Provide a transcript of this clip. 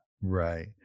right